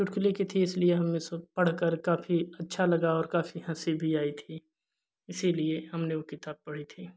चुटकुले की थी इसलिए हम स पढ़कर काफ़ी अच्छा लगा और काफ़ी हँसी भी आई थी इसलिए हमने वह किताब पढ़ी थी